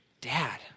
Dad